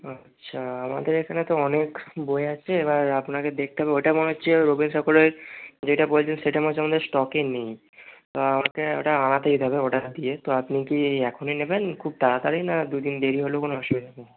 আচ্ছা আমাদের এখানে তো অনেক বই আছে এবার আপনাকে দেখতে হবে ওটা মনে হচ্চে রবি ঠাকুরের যেটা বলছেন সেটা মনে হচ্ছে আমাদের স্টকে নেই তো আমাকে ওটা আনাতে যেতে হবে অর্ডার দিয়ে তো আপনি কি এখনই নেবেন খুব তাড়াতাড়ি না দু দিন দেরি হলেও কোনো অসুবিধা নেই